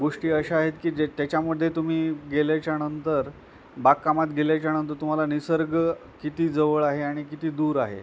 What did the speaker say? गोष्टी अशा आहेत की जे त्याच्यामध्ये तुम्ही गेल्याच्यानंतर बागकामात गेल्याच्यानंतर तुम्हाला निसर्ग किती जवळ आहे आणि किती दूर आहे